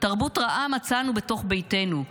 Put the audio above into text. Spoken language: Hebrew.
"תרבות רעה מצאנו בתוך ביתנו,